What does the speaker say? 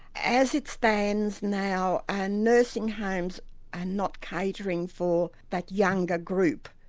as it stands now ah nursing homes are not catering for that younger group,